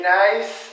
nice